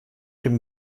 dem